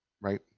right